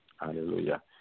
Hallelujah